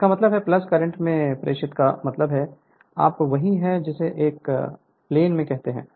तो इसका मतलब है करंट में प्रवेश का मतलब है आप वही हैं जिसे आप प्लेन कहते हैं